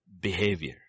behavior